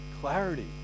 clarity